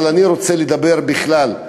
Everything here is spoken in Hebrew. אבל אני רוצה לדבר בכלל.